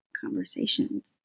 conversations